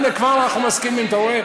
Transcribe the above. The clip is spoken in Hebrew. הנה, כבר אנחנו מסכימים, אתה רואה?